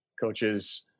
coaches